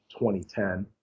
2010